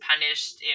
punished